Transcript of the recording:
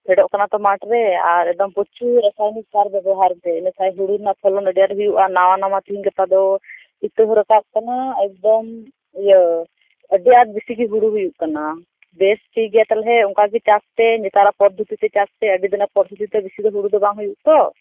ᱯᱷᱮᱰᱚᱜ ᱠᱟᱱᱟ ᱛᱚ ᱢᱟᱴᱷ ᱨᱮ ᱟᱨ ᱯᱨᱚᱪᱩᱨ ᱨᱟᱥᱟᱭᱱᱤᱠ ᱥᱟᱨ ᱵᱮᱵᱚᱦᱟᱨ ᱯᱮ ᱤᱱᱟᱹᱠᱷᱟᱱ ᱫᱚ ᱦᱩᱲᱩ ᱨᱮᱱᱟᱜ ᱯᱷᱚᱞᱚᱱ ᱟᱹᱰᱤ ᱟᱸᱴ ᱦᱩᱭᱩᱜᱼᱟ ᱱᱟᱣᱟᱼᱱᱟᱣᱟ ᱛᱮᱦᱤᱧ ᱜᱟᱯᱟ ᱫᱚ ᱤᱛᱟᱹ ᱦᱚᱸ ᱨᱟᱠᱟᱵ ᱠᱟᱱᱟ ᱟᱨ ᱤᱭᱟᱹ ᱟᱹᱰᱤ ᱟᱸᱴ ᱵᱤᱥᱤ ᱜᱮ ᱦᱩᱲᱩ ᱦᱚᱸ ᱦᱩᱭᱩᱜ ᱠᱟᱱᱟ ᱵᱮᱥ ᱴᱷᱤᱠ ᱜᱮᱭᱟ ᱛᱟᱞᱦᱮ ᱚᱱᱠᱟ ᱜᱮ ᱪᱟᱥ ᱯᱮ ᱱᱮᱛᱟᱨᱮᱜ ᱯᱚᱫᱽᱫᱷᱚᱛᱤ ᱛᱮ ᱪᱟᱥ ᱯᱮ ᱟᱹᱰᱤ ᱫᱤᱱᱟᱜ ᱯᱚᱫᱽᱫᱷᱚᱛᱤ ᱛᱮᱫᱚ ᱵᱤᱥᱤ ᱦᱩᱲᱩ ᱫᱚ ᱵᱟᱝ ᱦᱩᱭᱩᱜᱼᱟ ᱟᱛᱚ